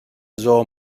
zoo